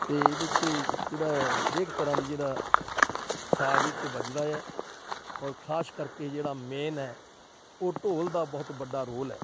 ਅਤੇ ਇਹਦੇ 'ਚ ਜਿਹੜਾ ਹੈ ਹਰੇਕ ਤਰ੍ਹਾਂ ਦੀ ਜਿਹੜਾ ਸਾਜ ਇਹਦੇ 'ਚ ਵੱਜਦਾ ਹੈ ਔਰ ਖ਼ਾਸ ਕਰਕੇ ਜਿਹੜਾ ਮੇਨ ਹੈ ਉਹ ਢੋਲ ਦਾ ਬਹੁਤ ਵੱਡਾ ਰੋਲ ਹੈ